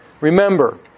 Remember